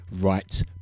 right